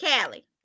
Callie